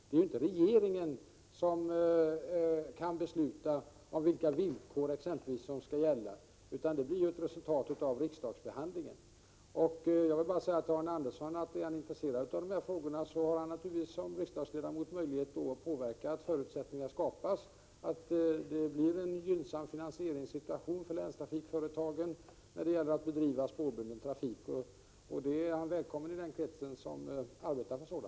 Det är ju inte regeringen som kan besluta om t.ex. vilka villkor som skall gälla — det blir ju ett resultat av riksdagsbehandlingen. Jag vill bara säga till Anders Andersson att om han är intresserad av dessa frågor har han naturligtvis som riksdagsledamot möjlighet att påverka att förutsättningar skapas, så att det blir en gynnsam finansieringssituation för länstrafikföretagen när det gäller att bedriva spårbunden trafik. Anders Andersson är välkommen i den krets som arbetar för detta.